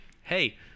hey